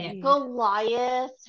Goliath